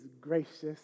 gracious